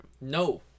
No